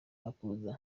makuza